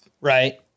Right